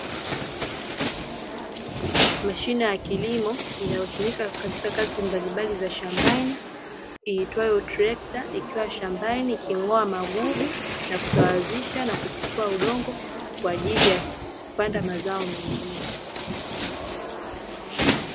Mashine ya kilimo inayotumika katika kazi mbalimbali za shambani, iitwayo trekta, ikiwa shambani iking'oa magugu na kusawazisha na kutifua udongo, kwa ajili ya kupanda mazao mengine.